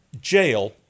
jail